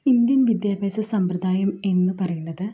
Indian വിദ്യാഭ്യാസ സമ്പ്രദായം എന്ന് പറയുന്നത്